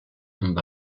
amb